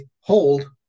Hold